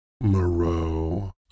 Moreau